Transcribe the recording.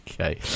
Okay